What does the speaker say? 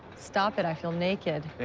stop it. i feel naked.